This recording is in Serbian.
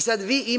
Sada vi